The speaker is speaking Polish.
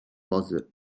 pozy